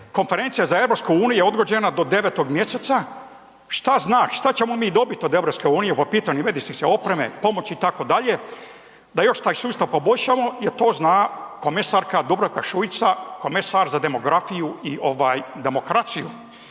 konferencija za EU je odgođena do 9. mjeseca, šta znak, šta ćemo mi dobiti od EU po pitanju medicinske opreme, pomoći itd., da još taj sustav poboljšamo jel to zna komesarka Dubravka Šuica, komesar za demografiju i ovaj demokraciju.